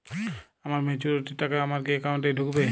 আমার ম্যাচুরিটির টাকা আমার কি অ্যাকাউন্ট এই ঢুকবে?